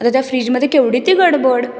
आता त्या फ्रीजमधे केवढी ती गडबड